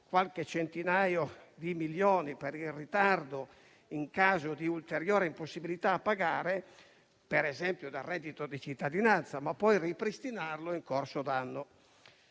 qualche centinaio di milioni per il ritardo in caso di ulteriore impossibilità a pagare, per esempio dal reddito di cittadinanza, ma poi ripristinarlo in corso d'anno.